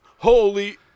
Holy